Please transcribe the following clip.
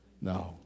No